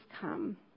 come